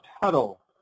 huddle